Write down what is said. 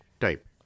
type